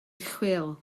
chwil